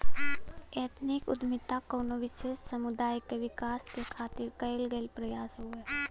ethnic उद्दमिता कउनो विशेष समुदाय क विकास क खातिर कइल गइल प्रयास हउवे